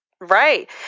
Right